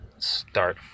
start